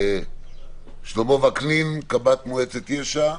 שלמה וקנין, קב"ט מועצת יש"ע.